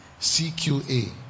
CQA